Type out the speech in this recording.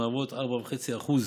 המהוות 4.5%